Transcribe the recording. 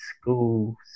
school